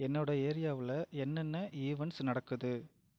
என்னோடய ஏரியாவில் என்னென்ன ஈவெண்ட்ஸ் நடக்குது